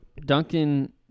Duncan